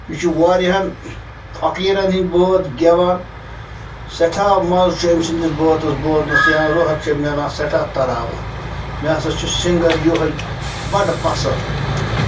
یہِ چھُ واریاہَن فقیٖرَن ہِنٛدۍ بٲتھ گٮ۪وان سٮ۪ٹھاہ مَزٕ چھُ أمۍ سٕنٛدِس بٲتَس بوزنَس یِوان روحَس چھِ مِلان سٮ۪ٹھاہ تَراوت مےٚ ہسا چھُ سِنٛگَر یِہوٚے بَڑٕ پَسنٛد